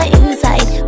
inside